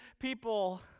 people